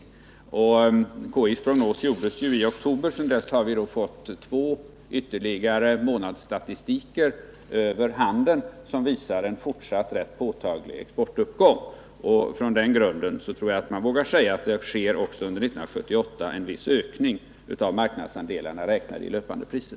Konjunkturinstitutets prognos gjordes i oktober, och sedan dess har vi fått ytterligare två månadsstatistiker över handeln som visar en fortsatt, rätt påtaglig exportuppgång. Från den grunden tror jag att man vågar säga att det också under 1978 sker en viss ökning av marknadsandelarna räknat i löpande priser.